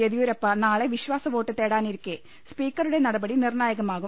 യെദ്യുരപ്പ നാളെ വിശ്വാസവോട്ട് തേടാനിരിക്കെ സ്പീക്കറുടെ നടപടി നിർണ്ണായകമാവും